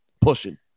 pushing